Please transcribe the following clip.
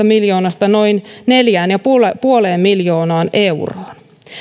miljoonasta noin neljään pilkku viiteen miljoonaan euroon